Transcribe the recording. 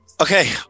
okay